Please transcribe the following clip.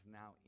now